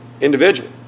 Individual